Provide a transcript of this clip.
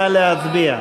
נא להצביע.